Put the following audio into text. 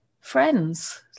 friends